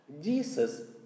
Jesus